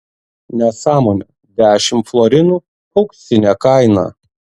nesąmonė dešimt florinų auksinė kaina